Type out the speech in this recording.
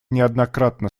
неоднократно